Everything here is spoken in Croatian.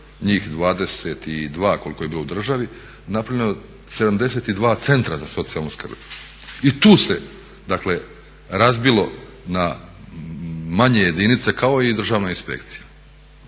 njih 22 koliko ih je bilo u državi napravljeno 72 centra za socijalnu skrb. I tu se dakle razbilo na manje jedinice kao i državna inspekcija.